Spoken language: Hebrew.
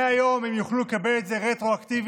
מהיום הם יוכלו לקבל את זה רטרואקטיבית.